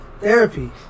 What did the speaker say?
Therapy